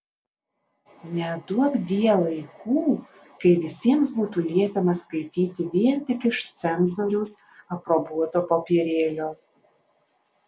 neduokdie laikų kai visiems būtų liepiama skaityti vien tik iš cenzoriaus aprobuoto popierėlio